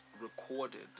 recorded